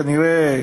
כנראה,